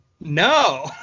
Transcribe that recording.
No